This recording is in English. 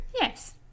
Yes